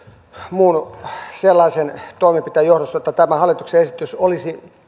muun sellaisen toimenpiteen johdosta jotta tämä hallituksen esitys olisi